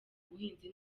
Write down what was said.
buhinzi